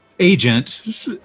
agent